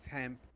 temp